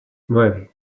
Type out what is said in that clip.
nueve